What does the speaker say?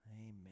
Amen